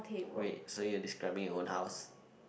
wait so you describing your own house